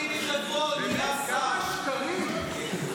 כמה שקרים.